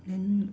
then